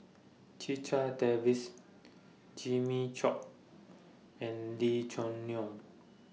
Checha Davies Jimmy Chok and Lee Choo Neo